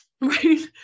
Right